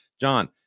John